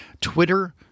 twitter